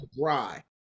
dry